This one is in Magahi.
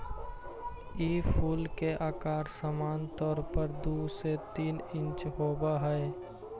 ई फूल के अकार सामान्य तौर पर दु से तीन इंच होब हई